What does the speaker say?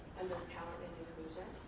talent and inclusion.